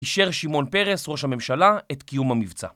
אישר שמעון פרס ראש הממשלה את קיום המבצע